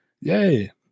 yay